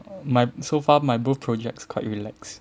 my so far my both projects quite relaxed